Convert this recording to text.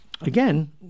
again